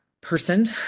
person